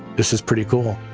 this is pretty cool.